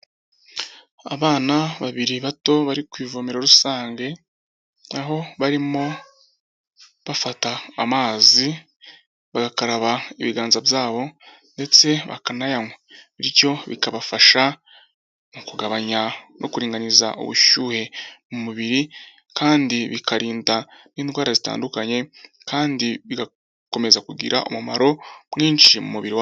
Abana babiri bato bari ku ivomero rusange, aho barimo bafata amazi bagakaraba ibiganza byabo ndetse bakanayanywa, bityo bikabafasha mu kugabanya no kuringaniza ubushyuhe mu mubiri, kandi bikarinda n'indwara zitandukanye, kandi bigakomeza kugira umumaro mwinshi mu mubiri...